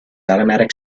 automatic